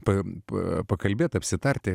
pakvimpa pakalbėti apsitarti